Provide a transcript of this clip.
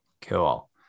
Cool